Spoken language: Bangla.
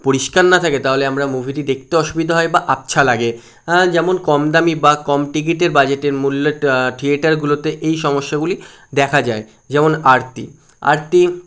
পরিষ্কার না থাকে তাহলে আমরা মুভিটি দেখতে অসুবিধা হয় বা আবছা লাগে হ্যাঁ যেমন কম দামি বা কম টিকিটের বাজেটের মূল্য থিয়েটারগুলোতে এই সমস্যাগুলি দেখা যায় যেমন আরতি আরতি